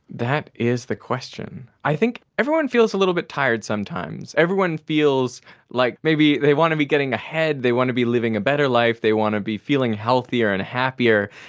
that is the question. i think everyone feels a little bit tired sometimes, everyone feels like maybe they want to be getting ahead, they want to be living a better life, they want to be feeling healthier and happier,